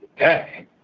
Okay